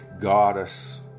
goddess